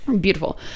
Beautiful